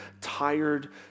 tired